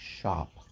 shop